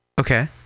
Okay